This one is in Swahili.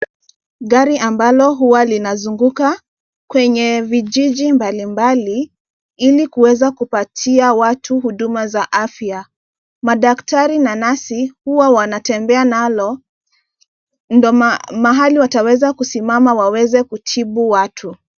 Gari ambalo huwa linazunguka kwenye vijiji mbalimbali, ili kuweza kupatia watu huduma za afya. Madaktari na nasi huwa wanatembea nalo, ndio mahali wataweza kusimama waweze kutibu watu.